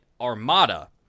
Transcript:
Armada